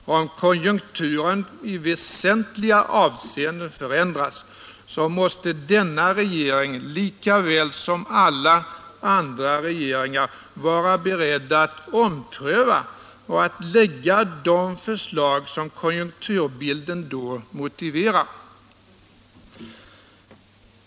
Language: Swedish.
Men om konjunkturen i väsentliga avseenden förändras, måste denna regering lika väl som alla andra regeringar vara beredd att ompröva och att lägga fram de förslag som konjunkturbilden då motiverar.